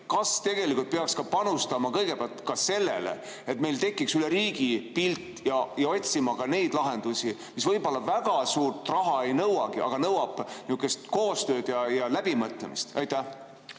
Kas tegelikult peaks panustama kõigepealt sellele, et meil tekiks üle riigi pilt, ja otsima lahendusi, mis võib-olla väga suurt raha ei nõuagi, aga nõuavad koostööd ja läbimõtlemist? Aitäh,